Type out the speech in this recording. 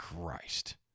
Christ